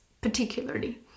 particularly